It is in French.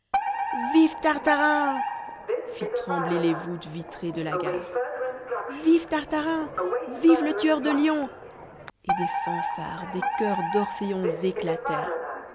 vive tartarin fit trembler les voûtes vitrées de la gare vive tartarin vive le tueur de lions et des fanfares des choeurs d'orphéons